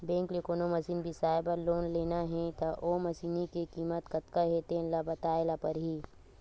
bank ले कोनो machine बिसाए बर लोन लेना हे त ओ मसीनी के कीमत कतका हे तेन ल बताए ल परही